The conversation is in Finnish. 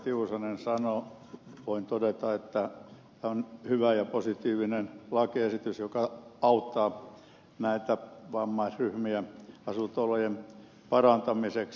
tiusanen sanoi voin todeta että tämä on hyvä ja positiivinen lakiesitys joka auttaa näitä vammaisryhmiä asunto olojen parantamiseksi